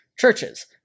churches